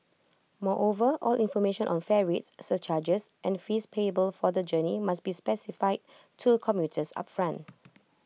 moreover all information on fare rates surcharges and fees payable for the journey must be specified to commuters upfront